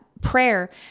prayer